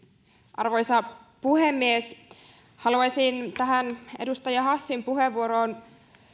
arvoisa puhemies haluaisin tähän edustaja hassin puheenvuoroon